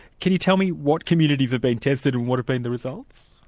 can you tell me what communities have been tested and what have been the results?